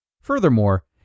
Furthermore